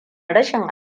rashin